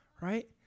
right